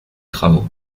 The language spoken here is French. travaux